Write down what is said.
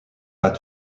pas